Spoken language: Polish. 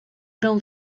grą